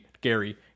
gary